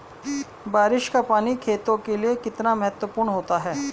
बारिश का पानी खेतों के लिये कितना महत्वपूर्ण होता है?